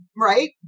right